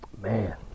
man